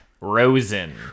Rosen